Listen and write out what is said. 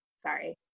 Sorry